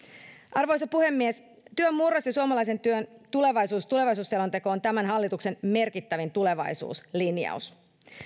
arvoisa puhemies työn murros ja suomalaisen työn tulevaisuus tulevaisuusselonteko on tämän hallituksen merkittävin tulevaisuuslinjaus